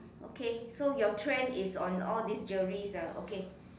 okay so your trend is on all this jewelries ah okay